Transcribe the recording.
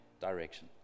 direction